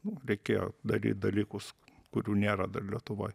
nu reikėjo daryt dalykus kurių nėra dar lietuvoj